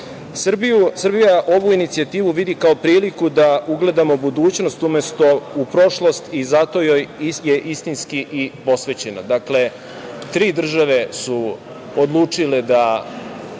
ovu inicijativu vidi kao priliku da gledamo budućnost u prošlost i zato joj je istinski i posvećena. Dakle, tri države su odlučile da